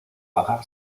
haga